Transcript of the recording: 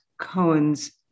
Cohen's